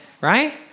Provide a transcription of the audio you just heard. Right